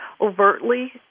overtly